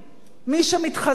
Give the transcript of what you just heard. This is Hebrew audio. מי שמתחזק